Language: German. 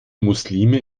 muslime